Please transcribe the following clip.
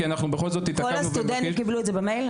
כי אנחנו בכל זאת התעכבנו --- כל הסטודנטים קיבלו את זה במייל?